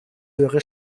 höhere